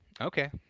Okay